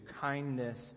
kindness